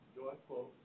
joyful